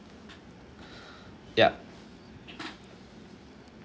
yup